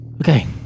Okay